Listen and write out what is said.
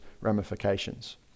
ramifications